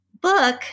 book